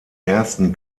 ersten